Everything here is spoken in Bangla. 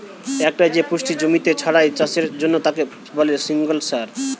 একটাই যে পুষ্টি জমিতে ছড়ায় চাষের জন্যে তাকে বলে সিঙ্গল সার